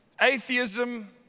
Atheism